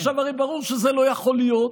עכשיו, הרי ברור שזה לא יכול להיות,